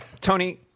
Tony